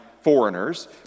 foreigners